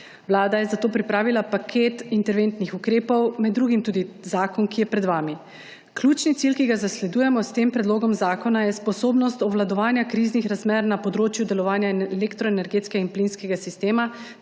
Vlada je zato pripravila paket interventnih ukrepov, med drugim tudi zakon, ki je pred vami. Ključni cilj, ki ga zasledujemo s tem predlogom zakona, je sposobnost obvladovanja kriznih razmer na področju delovanja elektroenergetskega in plinskega sistema